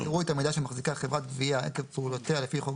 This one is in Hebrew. יראו את המידע שמחזיקה חברת גבייה עקב פעולותיה לפי חוק